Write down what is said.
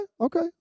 okay